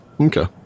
okay